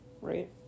Right